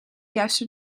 juiste